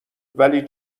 ولی